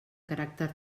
caràcter